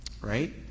right